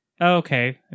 Okay